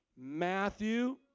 Matthew